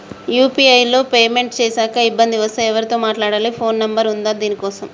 UPI లో payment చేశాక ఇబ్బంది వస్తే ఎవరితో మాట్లాడాలి? ఫోన్ నంబర్ ఉందా దీనికోసం?